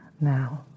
now